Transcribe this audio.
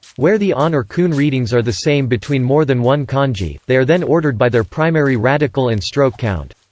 where the on or kun readings are the same between more than one kanji, they are then ordered by their primary radical and stroke count.